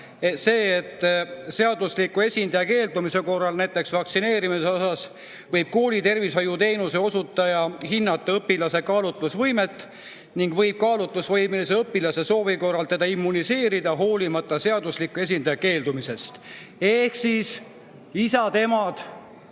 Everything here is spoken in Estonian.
see, et seadusliku esindaja keeldumise korral, näiteks vaktsineerimisest, võib koolitervishoiuteenuse osutaja hinnata õpilase kaalutlusvõimet ning võib kaalutlusvõimelise õpilase soovi korral teda immuniseerida, hoolimata seadusliku esindaja keeldumisest. Ehk siis isad-emad